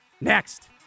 Next